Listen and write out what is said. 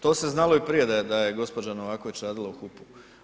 To se znalo i prije da je gospođa Novaković radila u HUP-u.